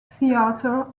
theater